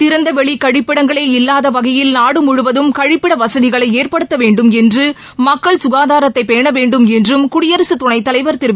திறந்த வெளி கழப்பிடங்களே இல்லாத வகையில் நாடு முழுவதும் கழிப்பிட வசதிகளை ஏற்படுத்த வேண்டும் என்றும் மக்கள் சுகாதாரத்தைபேண வேண்டும் என்றும் குடியரசு துனைத் தலைவர் திரு எம்